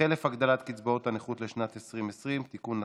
חלף הגדלת קצבאות הנכות לשנת 2020) (תיקון),